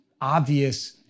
obvious